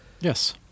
Yes